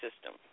system